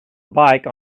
bike